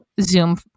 Zoom